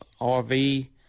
RV